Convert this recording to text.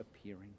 appearing